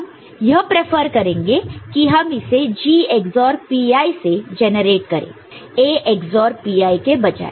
हम यह प्रेफर करेंगे कि हम इसे G XOR Pi से जनरेट करें A XOR Pi के बजाय